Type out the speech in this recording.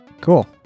Cool